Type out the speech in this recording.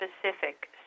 specific